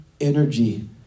energy